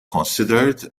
considered